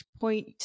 point